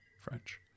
French